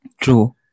True